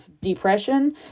depression